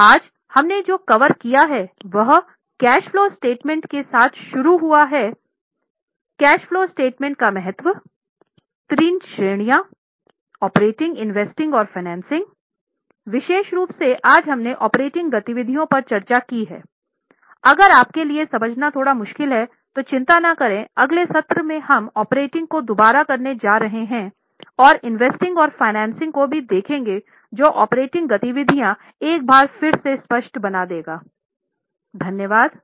आज हमने जो कवर किया है वह कैश फलो स्टेटमेंट के साथ शुरू हुआ है कैश फलो स्टेटमेंट का महत्व तीन श्रेणियों का ऑपरेटिंग को भी देखें जो ऑपरेटिंग गतिविधियाँ एक बार फिर स्पष्ट बना देगा